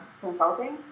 consulting